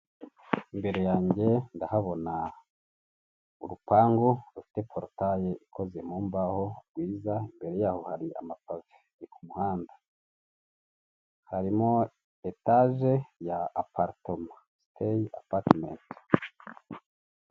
Imbere yanjye ndahabona urupangu rufite porutaye ikoze mu mbaho rwiza; imbere yaho hari amapave ni ku umuhanda; harimo etaje ya araritoma, siteyi apatimeti.